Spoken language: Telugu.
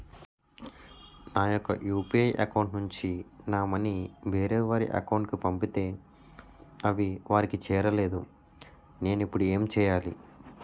నా యెక్క యు.పి.ఐ అకౌంట్ నుంచి నా మనీ వేరే వారి అకౌంట్ కు పంపితే అవి వారికి చేరలేదు నేను ఇప్పుడు ఎమ్ చేయాలి?